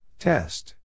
Test